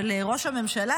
של ראש הממשלה,